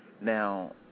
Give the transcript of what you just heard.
now